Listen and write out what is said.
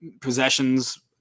possessions